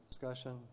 Discussion